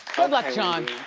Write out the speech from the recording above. good luck, john.